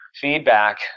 feedback